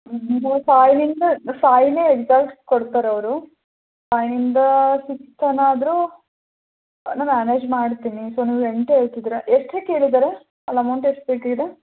ಇದು ಫೈವಿಂದ ಫೈವ್ನೇ ಎಕ್ಸ್ಯಾಕ್ಟ್ ಕೊಡ್ತಾರವರು ಫೈವಿಂದ ಸಿಕ್ಸ್ ತನಕ ಆದರೂ ನಾ ಮ್ಯಾನೇಜ್ ಮಾಡ್ತೀನಿ ಸೊ ನೀವು ಎಂಟು ಹೇಳ್ತಿದ್ದೀರ ಎಷ್ಟು ಕೇಳಿದ್ದಾರೆ ಅಲ್ಲಿ ಅಮೌಂಟ್ ಎಷ್ಟು ಬೇಕಾಗಿದೆ